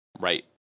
Right